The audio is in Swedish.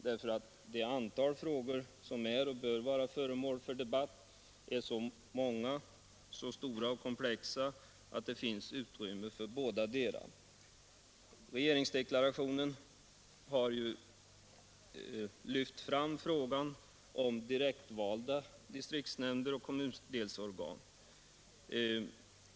Det antal frågor som är och bör vara föremål för debatt är nämligen så stort, och frågorna är så komplexa, att det finns utrymme för bådadera. Regeringsdeklarationen har lyft fram frågan om direktvalda distriktsnämnder och kommundelsorgan.